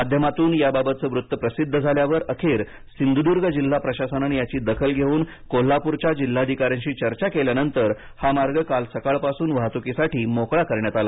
माध्यमातून याबाबतचं वृत्त प्रसिद्ध झाल्यावर अखेर सिंधुद्ग जिल्हा प्रशासनाने याची दखल घेऊन कोल्हाप्रच्या जिल्हाधिकाऱ्यांशी चर्चा केल्यांनतर हा मार्ग काल सकाळ पासून वाहतुकीसाठी मोकळा करण्यात आला